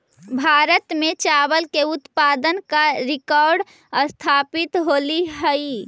भारत में चावल के उत्पादन का रिकॉर्ड स्थापित होइल हई